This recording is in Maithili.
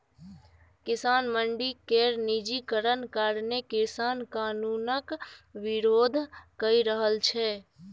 किसान मंडी केर निजीकरण कारणें कृषि कानुनक बिरोध कए रहल छै